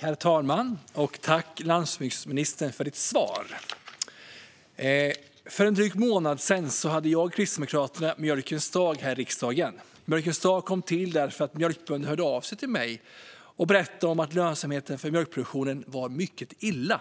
Herr talman! Tack, landsbygdsministern, för svaret! För en dryg månad sedan hade jag och Kristdemokraterna mjölkens dag här i riksdagen. Mjölkens dag kom till därför att mjölkbönder hörde av sig till mig och berättade att lönsamheten för mjölkproduktionen var mycket dålig.